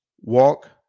Walk